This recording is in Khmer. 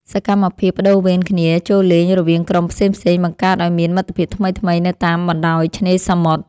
សកម្មភាពប្ដូរវេនគ្នាចូលលេងរវាងក្រុមផ្សេងៗ បង្កើតឱ្យមានមិត្តភាពថ្មីៗនៅតាមបណ្ដោយឆ្នេរសមុទ្រ។